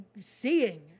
seeing